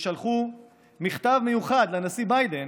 ששלחו מכתב מיוחד לנשיא ביידן